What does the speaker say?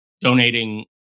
donating